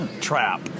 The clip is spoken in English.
trap